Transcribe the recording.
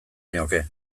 nioke